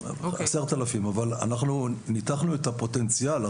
אנחנו ניתחנו את הפוטנציאל.